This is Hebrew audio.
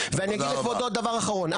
ואני אגיד עוד דבר אחרון,